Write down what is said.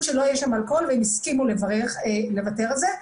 שלא יהיה שם אלכוהול והם הסכימו לוותר על זה.